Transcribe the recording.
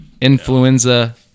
Influenza